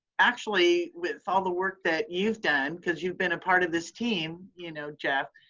actually, with all the work that you've done, because you've been a part of this team, you know jeff,